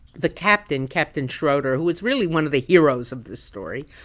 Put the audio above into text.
the captain captain schroder who is really one of the heroes of the story,